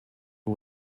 who